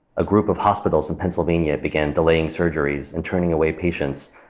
a group of hospitals in pennsylvania began delaying surgeries and turning away patients.